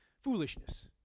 foolishness